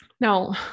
Now